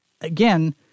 again